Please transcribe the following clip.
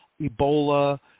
Ebola